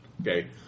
okay